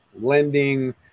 lending